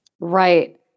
Right